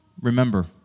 remember